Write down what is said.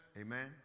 Amen